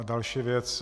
Další věc.